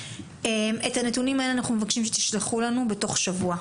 את הנתונים האלה אנחנו מבקשים שתשלחו לנו בתור שבוע.